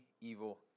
evil